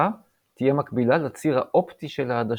תהיה מקבילה לציר האופטי של העדשה.